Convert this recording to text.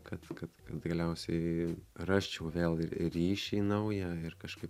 kad kad kad galiausiai rasčiau vėl ryšį naują ir kažkaip